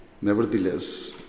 Nevertheless